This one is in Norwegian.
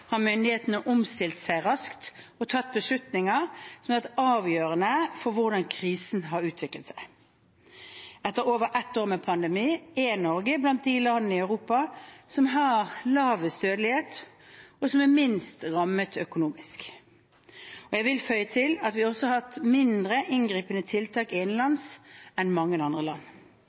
har myndighetene omstilt seg raskt og tatt beslutninger som har vært avgjørende for hvordan krisen har utviklet seg. Etter over et år med pandemi er Norge blant de landene i Europa som har lavest dødelighet, og som er minst rammet økonomisk. Jeg vil føye til at vi også har hatt mindre inngripende tiltak innenlands enn mange andre land.